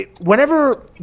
Whenever